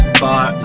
bar